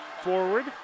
forward